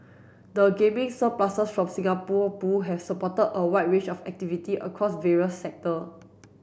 the gaming surpluses from Singapore Pool have supported a wide range of activity across various sector